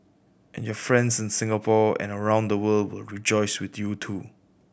and your friends in Singapore and around the world will rejoice with you too